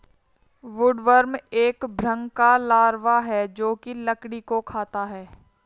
woodworm एक भृंग का लार्वा है जो की लकड़ी को खाता है